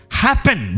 happen